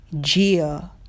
Gia